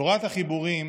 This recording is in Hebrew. תורת החיבורים